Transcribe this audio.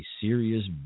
serious